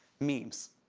memes.